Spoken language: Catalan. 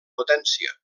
potència